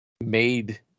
made